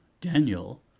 Daniel